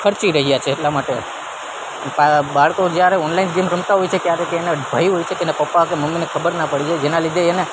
ખર્ચી રહ્યાં છીએ એટલા માટે કા બાળકો જ્યારે ઓનલાઈન ગેમ રમતા હોય છે ત્યારે એને ભય હોય છે કે એના પપ્પા કે મમ્મીને ખબર ના પડી જાય જેના લીધે એને